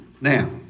Now